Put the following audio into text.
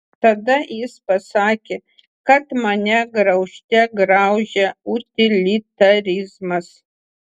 tada jis pasakė kad mane graužte graužia utilitarizmas